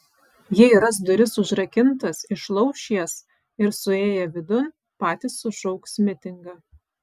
jei ras duris užrakintas išlauš jas ir suėję vidun patys sušauks mitingą